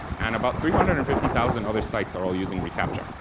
and about three hundred and fifty thousand other sites are all using recaptcha.